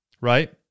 right